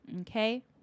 Okay